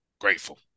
grateful